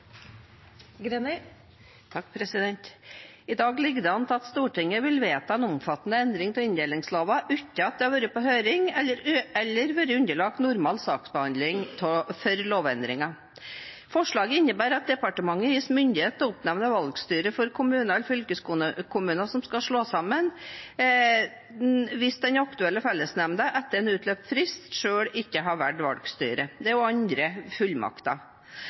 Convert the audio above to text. I dag ligger det an til at Stortinget vil vedta en omfattende endring av inndelingsloven uten at den har vært på høring eller underlagt normal saksbehandling for lovendringer. Forslaget innebærer at departementet gis myndighet til å oppnevne valgstyre for kommuner og fylkeskommuner som skal slås sammen, hvis den aktuelle fellesnemnda etter en utløpt frist ikke selv har valgt valgstyre. Det er også andre fullmakter.